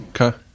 Okay